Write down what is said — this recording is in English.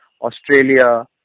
Australia